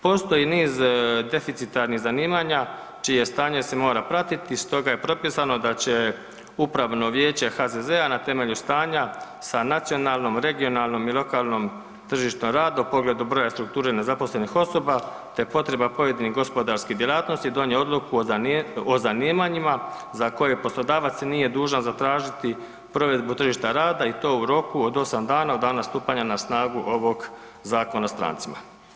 Postoji niz deficitarnih zanimanja čije stanje se mora pratiti, stoga je propisano da će Upravno vijeće HZZ-a na temelju stanja sa nacionalnom, regionalnom i lokalnom tržištu rada o pogledu broja strukture nezaposlenih osoba te potreba pojedinih gospodarskih djelatnosti donio odluku o zanimanjima za koje poslodavac nije dužan zatražiti provedbu tržišta rada i to u roku od osam dana od dana stupanja na snagu ovog Zakona o strancima.